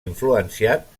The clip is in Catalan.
influenciat